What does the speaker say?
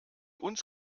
uns